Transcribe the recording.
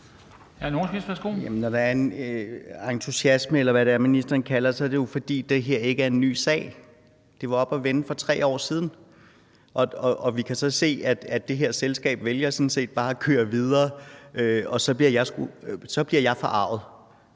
når der er en entusiasme, eller hvad det er, ministeren kalder det, er det jo, fordi det her ikke er en ny sag. Det var oppe at vende for 3 år siden. Vi kan så se, at det her selskab vælger bare at køre videre, og så bliver jeg forarget